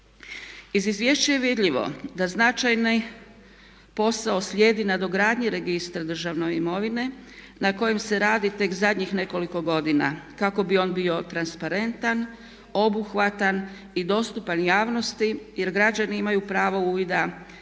Iz izvješća je vidljivo da značajni posao slijedi nadogradnji registra državne imovine na kojem se radi tek zadnjih nekoliko godina kako bi on bio transparentan, obuhvatan i dostupan javnosti jer građani imaju pravo uvida